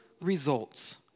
results